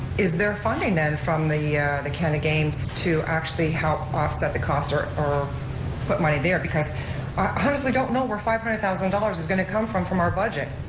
is there funding then from the the canada games to actually help offset the cost or or put money there because i honestly don't know where five hundred thousand dollars is going to come from from our budget.